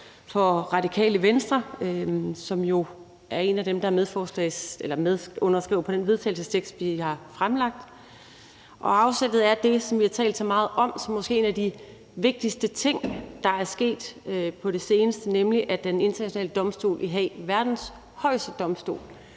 for Radikale Venstre, som jo også er medunderskriver på det forslag til vedtagelse, vi har fremsat. Afsættet er det, som vi har talt så meget om som måske en af de vigtigste ting, der er sket på det seneste, nemlig at Den Internationale Domstol i Haag, verdens højeste domstol,